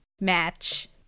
match